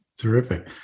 Terrific